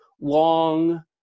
long